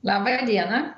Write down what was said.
laba diena